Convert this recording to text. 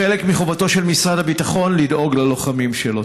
חלק מחובתו של משרד הביטחון לדאוג ללוחמים שלו.